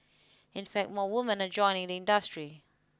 in fact more women are joining the industry